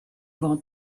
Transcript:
bought